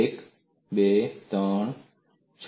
1 2 3